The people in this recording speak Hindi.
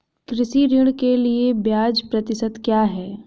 कृषि ऋण के लिए ब्याज प्रतिशत क्या है?